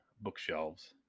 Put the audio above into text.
bookshelves